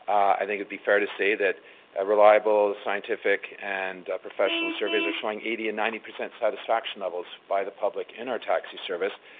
i think it would be fair to say that reliable scientific and professional surveys are showing eighty and ninety percent satisfaction levels by the public in our taxi service.